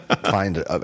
find